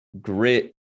grit